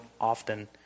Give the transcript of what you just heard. often